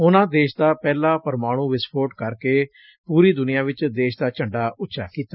ਉਨੂਾਂ ਦੇਸ਼ ਦਾ ਪੋਹਿਲਾ ਪਰਮਾਣੂ ਵਿਸਫੌਟ ਕਰਕੇ ਪੂਰੀ ਦੁਨੀਆ 'ਚ ਦੇਸ਼ ਦਾ ਝੰਡਾ ਉਂਚਾ ਕੀਤਾ